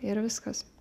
ir viskas